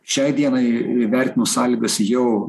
šiai dienai vertinu sąlygas jau